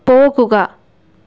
പോകുക